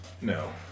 no